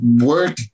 work